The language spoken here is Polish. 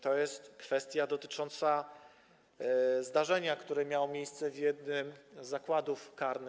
To jest kwestia dotycząca zdarzenia, które miało miejsce w jednym z zakładów karnych.